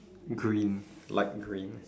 green light green